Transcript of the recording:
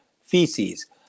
feces